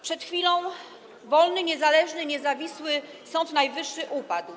Przed chwilą wolny, niezależny, niezawisły Sąd Najwyższy upadł.